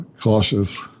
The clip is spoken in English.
cautious